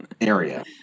area